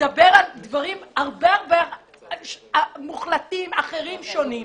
מדבר על דברים מוחלטים, אחרים, שונים.